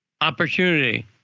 opportunity